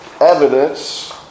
evidence